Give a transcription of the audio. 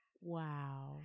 Wow